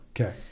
Okay